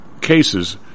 cases